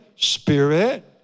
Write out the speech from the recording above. spirit